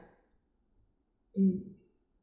mm